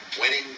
winning